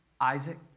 Isaac